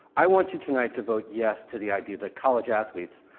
i want you tonight to vote yes to the idea that college athletes,